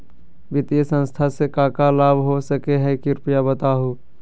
वित्तीय संस्था से का का लाभ हो सके हई कृपया बताहू?